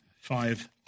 five